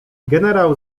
generał